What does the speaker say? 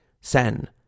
Sen